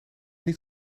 niet